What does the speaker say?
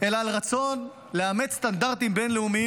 אלא על רצון לאמץ סטנדרטים בין-לאומיים